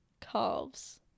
calves